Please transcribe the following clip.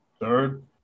Third